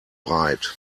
breit